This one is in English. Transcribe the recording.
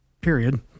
period